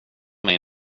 mig